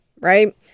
right